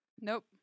Nope